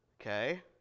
Okay